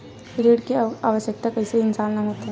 ऋण के आवश्कता कइसे इंसान ला होथे?